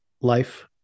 life